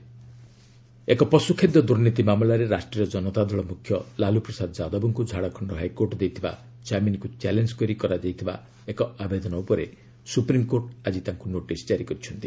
SC Lalu Prasad Yadav ଏକ ପଶ୍ର ଖାଦ୍ୟ ଦୂର୍ନୀତି ମାମଲାରେ ରାଷ୍ଟ୍ରୀୟ ଜନତା ଦଳ ମ୍ରଖ୍ୟ ଲାଲ୍ ପ୍ରସାଦ ଯାଦବଙ୍କ ଝାଡ଼ଖଣ୍ଡ ହାଇକୋର୍ଟ ଦେଇଥିବା କାମିନ୍କୁ ଚ୍ୟାଲେଞ୍ଜ କରି କରାଯାଇଥିବା ଏକ ଆବେଦନ ଉପରେ ସ୍ୱପ୍ରିମ୍କୋର୍ଟ ଆଜି ତାଙ୍କ ନୋଟିସ ଜାରି କରିଛନ୍ତି